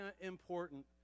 important